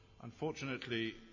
Unfortunately